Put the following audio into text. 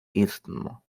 istmo